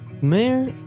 Mayor